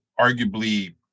arguably